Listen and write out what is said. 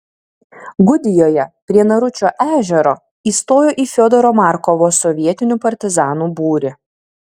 gudijoje prie naručio ežero įstojo į fiodoro markovo sovietinių partizanų būrį